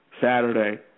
Saturday